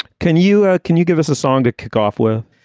can you ah can you give us a song to kick off with?